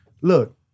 Look